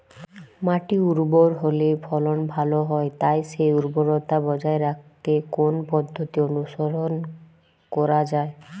মাটি উর্বর হলে ফলন ভালো হয় তাই সেই উর্বরতা বজায় রাখতে কোন পদ্ধতি অনুসরণ করা যায়?